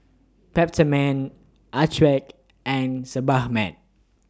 Peptamen Accucheck and